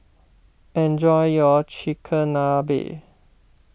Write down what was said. enjoy your Chigenabe